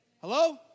Hello